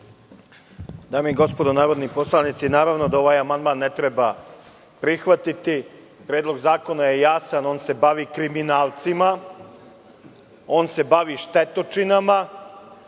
Dame i gospodo narodni poslanici, naravno da ovaj amandman ne treba prihvatiti. Predlog zakona je jasan, on se bavi kriminalcima, on se bavi štetočinama